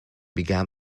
began